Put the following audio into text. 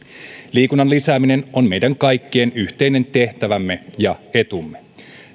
liikunnan lisääminen on meidän kaikkien yhteinen tehtävämme ja etumme